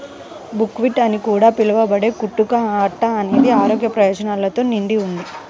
buckwheat అని కూడా పిలవబడే కుట్టు కా అట్ట అనేది ఆరోగ్య ప్రయోజనాలతో నిండి ఉంది